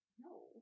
No